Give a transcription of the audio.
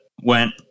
went